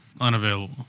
unavailable